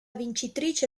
vincitrice